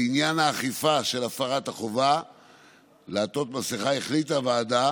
לעניין האכיפה של הפרת החובה לעטות מסכה החליטה הוועדה